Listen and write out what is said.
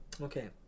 okay